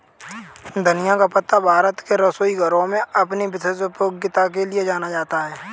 धनिया का पत्ता भारत के रसोई घरों में अपनी विशेष उपयोगिता के लिए जाना जाता है